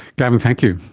gavin, thank you.